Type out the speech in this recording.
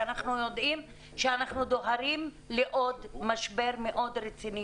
שאנו יודעים שאנו דוהרים לעוד משבר מאוד רציני,